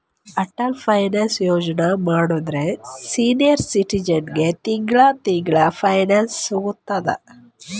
Atal pension Yojana ಮಾಡುದ್ರ senior ಸಿಟಿಜನ್ಗ ತಿಂಗಳಾ ತಿಂಗಳಾ ಪೆನ್ಶನ್ ಸಿಗ್ತುದ್